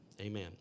Amen